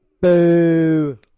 Boo